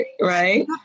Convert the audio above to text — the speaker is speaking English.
right